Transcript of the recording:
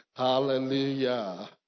Hallelujah